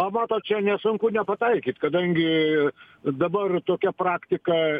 a matot čia nesunku nepataikyt kadangi dabar tokia praktika